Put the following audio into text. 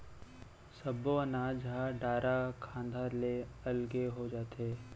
सब्बो अनाज ह डारा खांधा ले अलगे हो जाथे